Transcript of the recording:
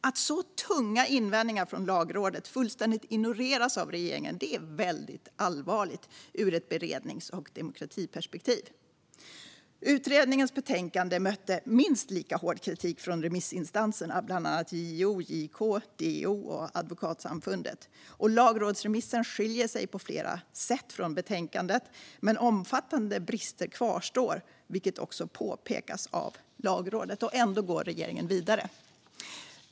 Att så tunga invändningar från Lagrådet fullständigt ignoreras av regeringen är väldigt allvarligt ur ett berednings och demokratiperspektiv. Utredningens betänkande mötte minst lika hård kritik från remissinstanserna, bland annat JO, JK, DO och Advokatsamfundet. Lagrådsremissen skiljer sig på flera sätt från betänkandet, men omfattande brister kvarstår, vilket påpekas av Lagrådet. Ändå går regeringen vidare.